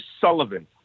Sullivan